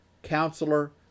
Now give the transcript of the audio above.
Counselor